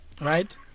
right